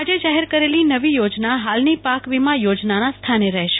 આજે જાહેર કરેલી નવી યોજના હાલની પાક વીમા યોજનાના સ્થાને રહેશે